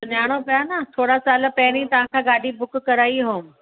सुञाणो पिया न थोरा साल पहिरीं तव्हां खां गाॾी बुक कराई हुयमि